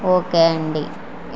okay అండి